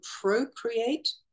procreate